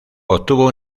obtuvo